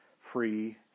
free